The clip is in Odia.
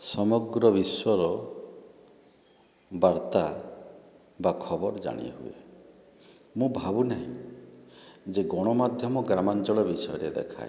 ସମଗ୍ର ବିଶ୍ୱର ବାର୍ତ୍ତା ବା ଖବର ଜାଣି ହୁଏ ମୁଁ ଭାବୁ ନାହିଁ ଯେ ଗଣମାଧ୍ୟମ ଗ୍ରାମାଞ୍ଚଳ ବିଷୟରେ ଦେଖାଏ